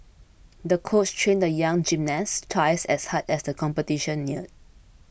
the coach trained the young gymnast twice as hard as the competition neared